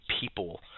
people